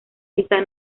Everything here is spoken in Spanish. está